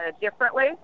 differently